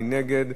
מי נגד?